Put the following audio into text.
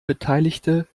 beteiligte